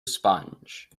sponge